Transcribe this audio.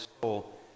soul